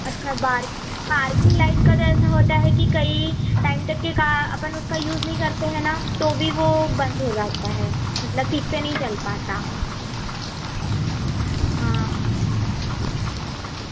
अच्छा बार parking light का तो ऐसा होता है कि कई टाइम तक के का अपन उसका यूज़ नहीं करते हैं ना तो भी वह बंद हो जाता है मतलब ठीक से नहीं चल पाता हाँ